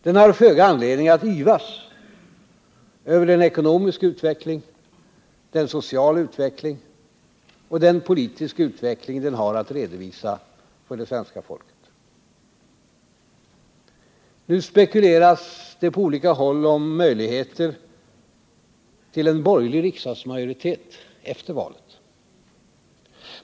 Den har föga anledning att yvas över den ekonomiska utveckling, den sociala utveckling och den politiska utveckling den har att redovisa för det svenska folket. Nu spekuleras det på sina håll om möjligheten av en borgerlig riksdagsmajoritet efter valet.